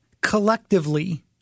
collectively